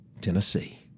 Tennessee